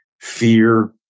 fear